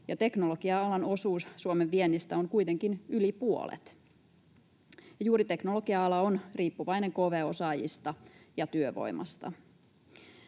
Teknologia-alan osuus Suomen viennistä on kuitenkin yli puolet. Juuri teknologia-ala on riippuvainen kv-osaajista ja -työvoimasta.